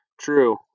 True